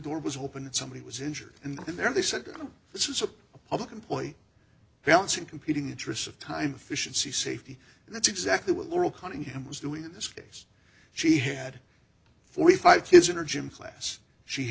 door was open and somebody was injured and in there they said this is a public employee balancing competing interests of time fish and sea safety and that's exactly what laurel cunningham was doing in this case she had forty five kids in her gym class she